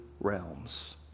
realms